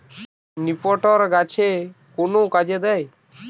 নিপটর গাছের কোন কাজে দেয়?